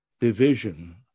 division